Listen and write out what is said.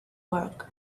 work